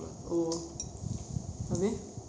oh habis